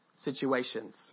situations